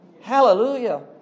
Hallelujah